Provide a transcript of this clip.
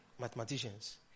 Mathematicians